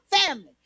family